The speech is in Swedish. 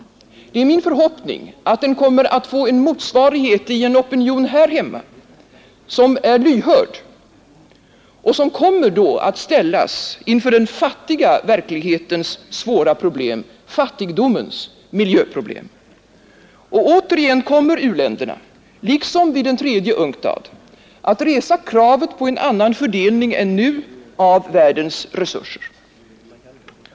Det är min förhoppning att den kommer att få en motsvarighet i en opinion här hemma som är lyhörd och som då kommer att ställas inför den fattiga verklighetens svåra problem, fattigdomens miljöproblem. Och återigen kommer u-länderna, liksom vid UNCTAD III, att resa kravet på en annan fördelning än nu av världens resurser.